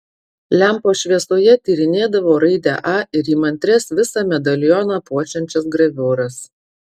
lempos šviesoje tyrinėdavo raidę a ir įmantrias visą medalioną puošiančias graviūras